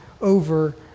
over